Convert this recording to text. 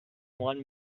one